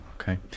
okay